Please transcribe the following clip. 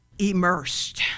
immersed